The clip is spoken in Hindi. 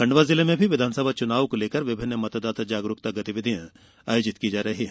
खंडवा जिले में भी विधानसभा चुनाव को लेकर विभिन्न मतदाता जागरूकता गतिविधियां आयोजित की जा रही है